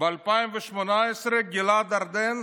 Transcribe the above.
ב-2018 גלעד ארדן,